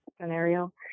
scenario